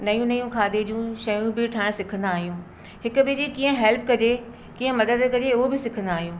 नयूं नयूं खाधे जूं शयूं बि ठाहिणु सिखंदा आहियूं हिकु ॿिए जी कीअं हेल्प कजे कीअं मदद कजे उहो बि सिखंदा आहियूं